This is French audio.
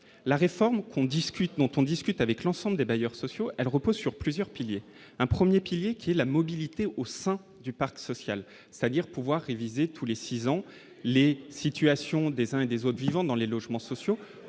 discute dont on discute avec l'ensemble des bailleurs sociaux, elle repose sur plusieurs piliers : un 1er pilier qui est la mobilité au sein du Parti social, c'est-à-dire pouvoir révisé tous les 6 ans, les situations des uns et des autres, vivant dans les logements sociaux